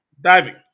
diving